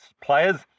players